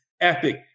epic